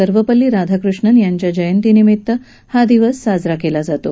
सर्वपल्ली राधाकृष्णन यांच्या जयंतिनिमित्त हा दिवस साजरा केला जातो